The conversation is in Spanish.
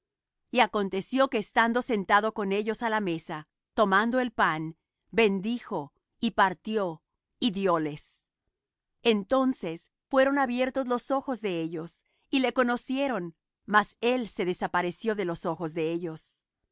y aconteció que estando sentado con ellos á la mesa tomando el pan bendijo y partió y dióles entonces fueron abiertos los ojos de ellos y le conocieron mas él se desapareció de los ojos de ellos